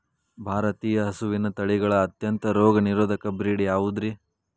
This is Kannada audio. ಭಾರತೇಯ ಹಸುವಿನ ತಳಿಗಳ ಅತ್ಯಂತ ರೋಗನಿರೋಧಕ ಬ್ರೇಡ್ ಯಾವುದ್ರಿ?